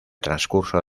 transcurso